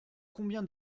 combien